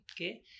okay